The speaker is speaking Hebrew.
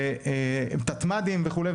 ותתמ"דים וכו'.